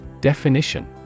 Definition